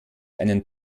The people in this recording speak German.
einen